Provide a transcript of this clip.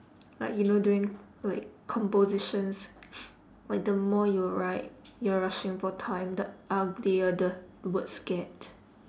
like you know during like compositions like the more you write you're rushing for time the uglier the words get